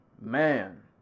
man